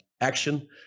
action